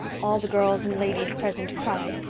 all the girls and ladies present cried,